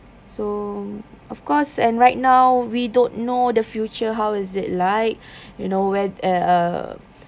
so of course and right now we don't know the future how is it like you know when uh uh